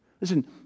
Listen